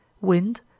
wind